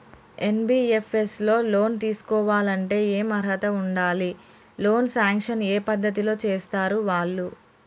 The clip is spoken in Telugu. ఎన్.బి.ఎఫ్.ఎస్ లో లోన్ తీస్కోవాలంటే ఏం అర్హత ఉండాలి? లోన్ సాంక్షన్ ఏ పద్ధతి లో చేస్తరు వాళ్లు?